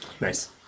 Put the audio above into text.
nice